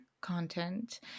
content